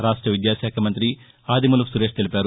రాష్ట విద్యాశాఖ మంతి ఆదిమూలపు సురేష్ తెలిపారు